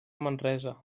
manresa